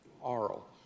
Aural